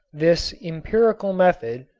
this empirical method,